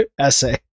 Essay